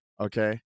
okay